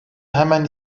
hemen